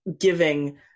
giving